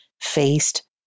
Faced